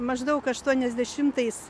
maždaug aštuoniasdešimtais